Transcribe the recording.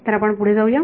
तर आपण पुढे जाऊ या